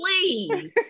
please